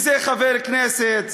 כי זה חבר כנסת,